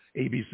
ABC